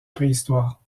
préhistoire